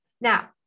Now